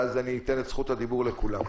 ואז אתן את זכות הדיבור לכולם.